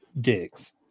digs